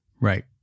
Right